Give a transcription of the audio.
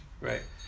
right